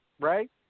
right